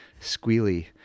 squealy